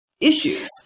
issues